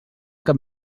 cap